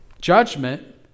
judgment